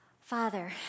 Father